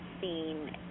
seen